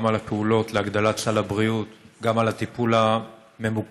גם על הפעולות להגדלת סל הבריאות וגם על הטיפול הממוקד